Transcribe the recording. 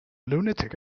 lunatic